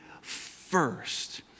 first